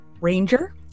ranger